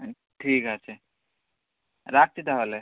হুম ঠিক আছে রাখছি তাহলে